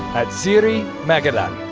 ahtziri magadan.